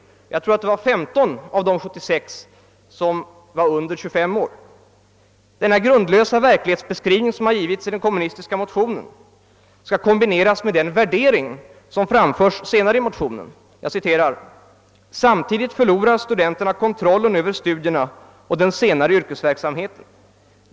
Jag tror att det var 18 av de 76 som var under 25 år. Den grundlösa verklighetsbeskrivning som givits i den kommunistiska motionen skall kombineras med den värdering som framförs senare i motionen. Där heter det: »Samtidigt förlorar studenterna kontrollen över studierna och den senare yrkesverksamheten.